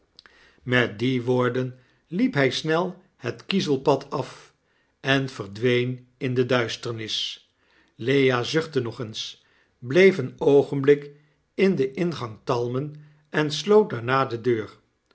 met die woorden liep hg snel het kiezelpad af en verdween in de duisternis lea zuchtte nog eens bleef een oogenblik in den ingang talmen en sloot daarna de deur